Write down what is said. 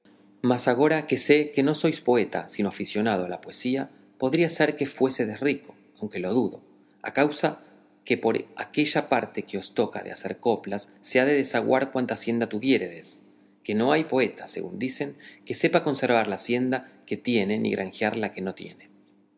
mas agora que sé que no sois poeta sino aficionado de la poesía podría ser que fuésedes rico aunque lo dudo a causa que por aquella parte que os toca de hacer coplas se ha de desaguar cuanta hacienda tuviéredes que no hay poeta según dicen que sepa conservar la hacienda que tiene ni granjear la que no tiene